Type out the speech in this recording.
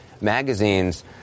magazines